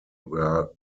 were